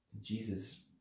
Jesus